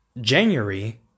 January